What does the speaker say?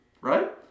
right